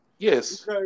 Yes